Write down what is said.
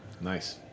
Nice